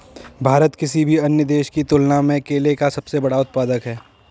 भारत किसी भी अन्य देश की तुलना में केले का सबसे बड़ा उत्पादक है